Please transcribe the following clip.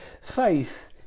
faith